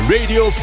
Radio